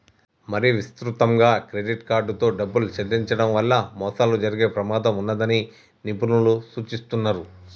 మరీ విస్తృతంగా క్రెడిట్ కార్డుతో డబ్బులు చెల్లించడం వల్ల మోసాలు జరిగే ప్రమాదం ఉన్నదని నిపుణులు సూచిస్తున్నరు